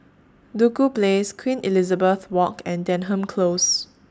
Duku Place Queen Elizabeth Walk and Denham Close